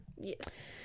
Yes